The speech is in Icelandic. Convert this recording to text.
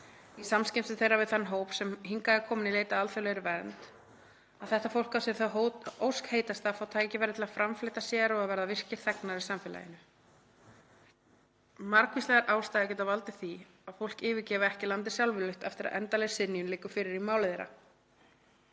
í samskiptum við þann hóp fólks sem hingað er kominn í leit að alþjóðlegri vernd að þetta fólk á sér þá ósk heitasta að fá tækifæri til að framfleyta sér og að verða virkir þegnar í samfélaginu. Margvíslegar ástæður geta valdið því að fólk yfirgefi ekki landið sjálfviljugt eftir að endanleg synjun liggur fyrir í máli þeirra,